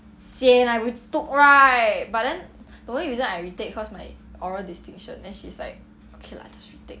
sian I retook right but then the only reason I retake is cause my oral distinction then she's like okay lah just retake